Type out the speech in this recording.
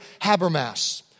Habermas